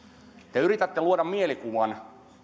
te yritätte luoda mielikuvan